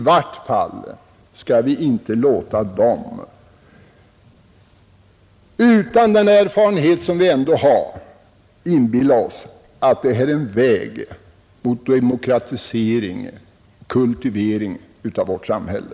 Den har inte samma erfarenhet som vi har, och vi skall inte inbilla oss att det man nu försöker med är en väg mot demokratisering och kultivering av vårt samhälle.